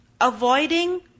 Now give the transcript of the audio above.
Avoiding